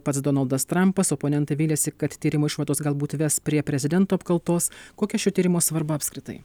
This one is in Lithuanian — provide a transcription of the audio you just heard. pats donaldas trampas oponentai vylėsi kad tyrimo išvados galbūt ves prie prezidento apkaltos kokia šio tyrimo svarba apskritai